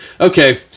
Okay